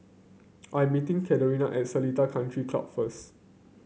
I'm meeting Catherine at Seletar Country Club first